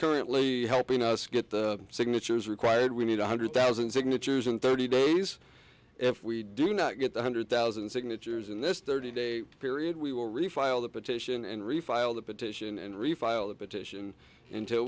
currently helping us get the signatures required we need one hundred thousand signatures in thirty days if we do not get one hundred thousand signatures in this thirty day period we will refile the petition and refile the petition and